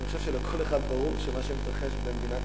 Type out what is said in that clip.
אני חושב שלכל אחד ברור שמה שמתרחש במדינת